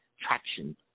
traction